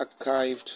archived